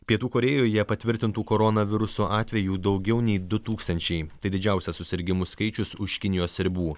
pietų korėjoje patvirtintų koronaviruso atvejų daugiau nei du tūkstančiai tai didžiausias susirgimų skaičius už kinijos ribų